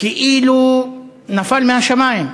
כאילו נפל מהשמים.